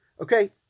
Okay